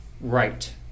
right